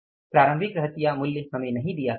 प्रारंभिक रहतिया मूल्य हमें नहीं दिया गया है